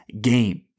game